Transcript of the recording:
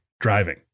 driving